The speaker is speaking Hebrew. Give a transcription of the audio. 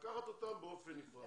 לקחת אותם באופן נפרד.